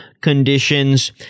conditions